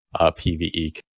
PvE